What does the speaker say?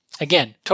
again